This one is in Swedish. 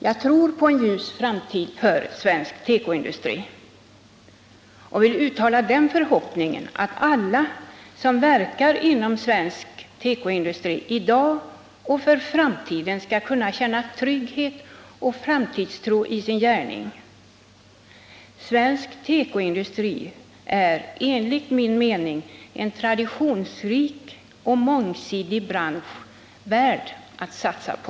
Jag tror på en ljus framtid för svensk tekoindustri, och jag vill uttala den förhoppningen att alla som verkar inom svensk tekoindustri i dag och för framtiden skall kunna känna trygghet och framtidstro i sin gärning. Svensk tekoindustri är enligt min mening en traditionsrik och mångsidig bransch värd att satsa på.